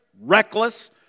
reckless